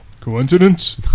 Coincidence